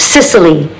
Sicily